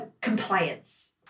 compliance